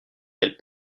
elles